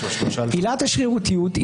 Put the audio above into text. עילת השרירותיות,